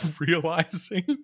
realizing